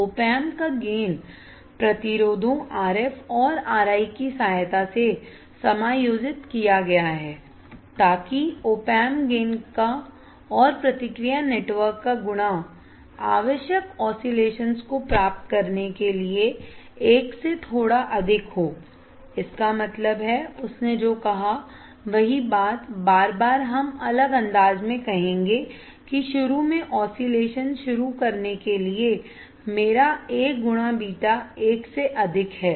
Opamp का gain प्रतिरोधों RF और RI की सहायता से समायोजित किया गया है ताकि opamp गेन का और प्रतिक्रिया नेटवर्क का गुणा आवश्यक ऑसिलेशंस को प्राप्त करने के लिए एक से थोड़ा अधिक हो इसका मतलब है उसने जो कहा वही बात बार बार हम अलग अंदाज में कहेंगे कि शुरू में ऑसिलेशंस शुरू करने के लिए मेरा A गुणा beta एक से अधिक है